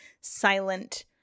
silent